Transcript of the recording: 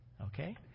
Okay